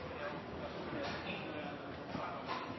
er viktig. Takk